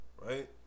right